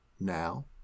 now